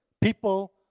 People